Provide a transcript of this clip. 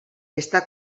està